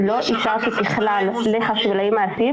אני מסבירה.